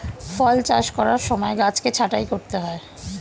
ফল চাষ করার সময় গাছকে ছাঁটাই করতে হয়